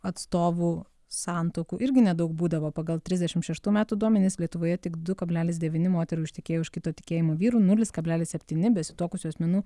atstovų santuokų irgi nedaug būdavo pagal trisdešimt šeštų metų duomenis lietuvoje tik du kablelis devyni moterų ištekėjo už kito tikėjimo vyrų nulis kablelis septyni besituokusių asmenų